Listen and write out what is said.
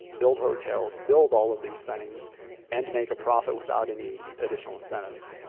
build hotels, build all of these things and make a profit without any additional incentives?